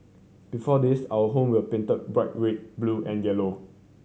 before this our home were painted bright red blue and yellow